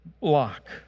block